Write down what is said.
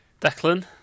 Declan